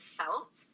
felt